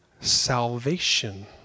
Salvation